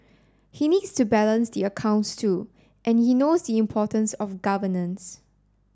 he needs to balance the accounts too and he knows the importance of governance